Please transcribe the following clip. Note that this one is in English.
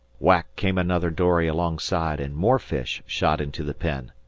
whack came another dory alongside, and more fish shot into the pen.